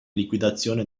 liquidazione